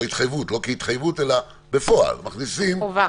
לא כהתחייבות, אלא בפועל, מכניסים -- חובה.